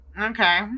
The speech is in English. okay